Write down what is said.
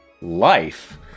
life